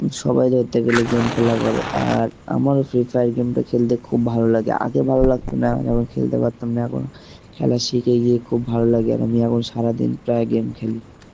সবাই ধরতে গেলে গেম খেলা করে আর আমারও ফ্রি ফায়ার গেমটা খেলতে খুব ভালো লাগে আগে ভালো লাগতো না এখন এখন খেলতে পারতাম না এখন খেলা শিখে গিয়ে খুব ভালো লাগে আর আমি এখন সারাদিন প্রায় গেম খেলি